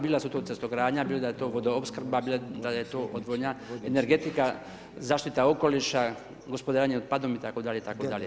Bila su to cestogradnja, bila je to vodoopskrba, bilo da je to odvodnja energetika, zaštita okoliša, gospodarenje otpadom itd. itd.